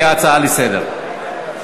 לא להפריע.